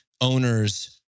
owners